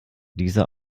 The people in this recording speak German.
dieser